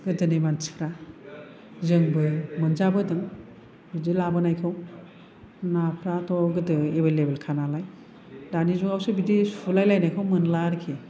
गोदोनि मानसिफ्रा जोंबो मोनजाबोदों बिदि लाबोनायखौ नाफ्राथ' गोदो एभेलेभेल खा नायलाय दानि जुगाव सो बिदि सुलाय लायनायखौ नुनो मोनला आरोखि